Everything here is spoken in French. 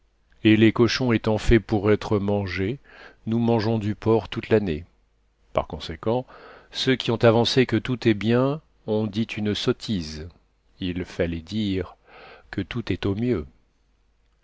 et les cochons étant faits pour être mangés nous mangeons du porc toute l'année par conséquent ceux qui ont avancé que tout est bien ont dit une sottise il fallait dire que tout est au mieux